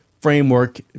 framework